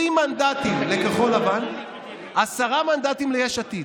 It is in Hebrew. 20 מנדטים לכחול לבן, 10 מנדטים ליש עתיד.